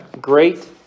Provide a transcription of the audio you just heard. great